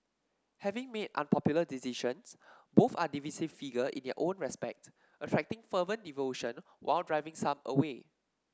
having made unpopular decisions both are divisive figure in their own respect attracting fervent devotion while driving some away